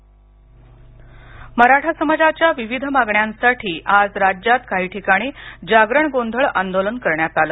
मराठा आंदोलन मराठा समाजाच्या विविध मागण्यांसाठी आज राज्यात काही ठिकाणी जागरण गोंधळ आंदोलन करण्यात आलं